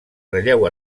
relleu